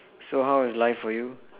so how is life for you